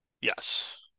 Yes